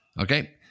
Okay